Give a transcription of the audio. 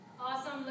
Awesome